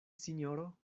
sinjoro